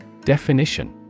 Definition